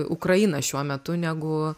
ukrainą šiuo metu negu